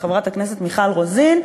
חברת הכנסת מיכל רוזין,